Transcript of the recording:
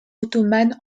ottomane